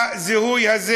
הזיהוי הזה